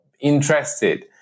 interested